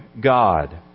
God